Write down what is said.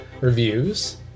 reviews